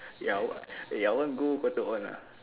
ya what eh I want go Cotton On uh